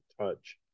touch